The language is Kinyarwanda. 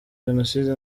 jenoside